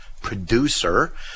producer